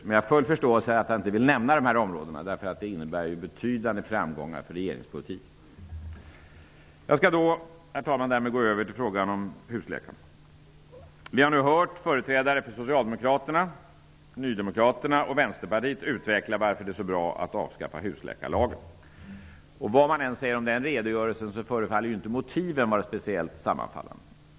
Jag har full förståelse för att han inte vill nämna dessa områden. Det innebär ju betydande framgångar för regeringspolitiken. Herr talman! Jag skall gå över till frågan om husläkarna. Vi har nu hört företrädare för Socialdemokraterna, Ny demokrati och Vänsterpartiet utveckla varför det är så bra att avskaffa husläkarlagen. Vad man än säger om den redogörelsen förefaller motiven inte att sammanfalla med varandra.